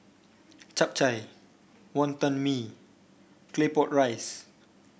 Chap Chai Wonton Mee Claypot Rice